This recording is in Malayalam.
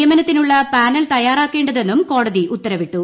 നിയമനത്തിനുള്ള പാനൽ തയ്യാറാക്കേണ്ടതെന്നും കോടതി ഉത്തരവിട്ടു